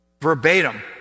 verbatim